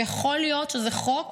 ויכול להיות שזה חוק